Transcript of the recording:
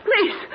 Please